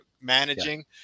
managing